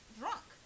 drunk